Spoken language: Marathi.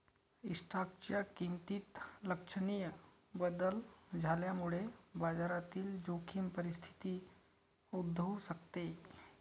स्टॉकच्या किमतीत लक्षणीय बदल झाल्यामुळे बाजारातील जोखीम परिस्थिती उद्भवू शकते